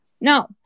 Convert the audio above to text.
No